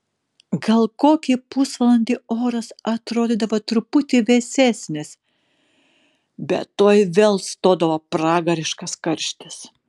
gal kokį pusvalandį oras atrodydavo truputį vėsesnis bet tuoj vėl stodavo pragariškas karštis